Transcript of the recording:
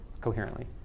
coherently